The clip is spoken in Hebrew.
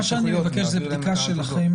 מה שאני מבקש זה לעשות בדיקה שלכם,